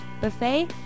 buffet